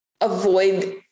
avoid